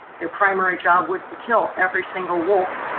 their primary job was to kill every single wolf